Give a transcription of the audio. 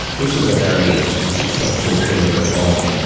this was a very successful period of reform.